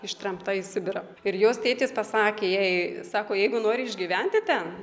ištremta į sibirą ir jos tėtis pasakė jei sako jeigu nori išgyventi ten